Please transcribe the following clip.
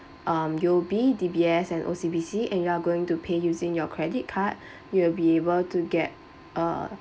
um U_O_B D_B_S and O_C_B_C and you are going to pay using your credit card you will be able to get a